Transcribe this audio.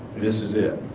this is it